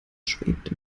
schwebt